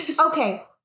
Okay